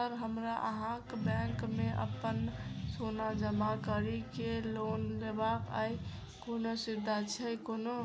Sir हमरा अहाँक bank मे अप्पन सोना जमा करि केँ लोन लेबाक अई कोनो सुविधा छैय कोनो?